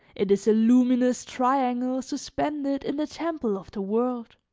it is a luminous triangle suspended in the temple of the world.